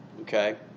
okay